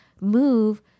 move